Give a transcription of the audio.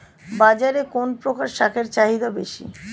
বাজারে কোন প্রকার শাকের চাহিদা বেশী?